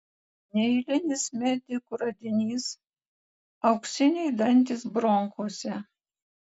neeilinis medikų radinys auksiniai dantys bronchuose